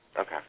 Okay